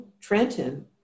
Trenton